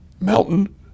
Mountain